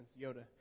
Yoda